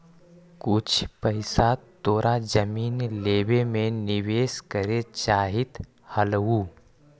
कुछ पइसा तोरा जमीन लेवे में निवेश करे चाहित हलउ